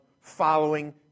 following